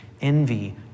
envy